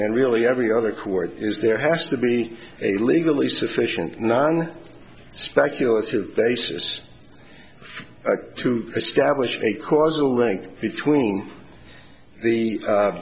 and really every other court is there has to be a legally sufficient non speculative basis to establish a causal link between the